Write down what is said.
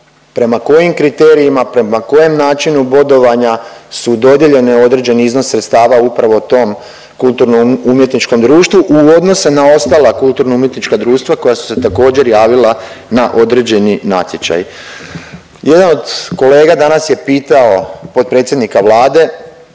prema kojim kriterijima, prema kojem načinu bodovanja su dodijeljene određeni iznos sredstava upravo tom kulturno umjetničkom društvu u odnosu na ostala kulturno umjetnička društva koja su se također javila na određeni natječaj. Jedan od kolega danas je pitao potpredsjednika Vlade